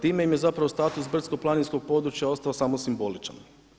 Time im je zapravo status brdsko-planinskog područja ostao samo simboličan.